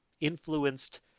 influenced